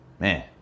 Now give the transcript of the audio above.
man